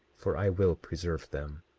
for i will preserve them.